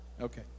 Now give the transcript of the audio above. Okay